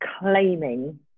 claiming